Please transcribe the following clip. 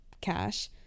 cash